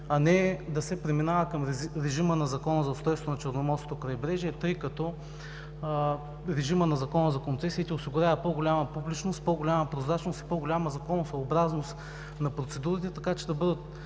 а не да се преминава към режима на Закона за устройство на Черноморското крайбрежие, тъй като режимът на Закона за концесиите осигурява по-голяма публичност, по-голяма прозрачност и по-голяма законосъобразност на процедурите, така че да отпаднат